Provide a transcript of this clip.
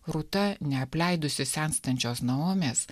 rūta neapleidusi senstančios naomės